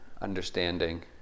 understanding